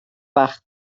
bach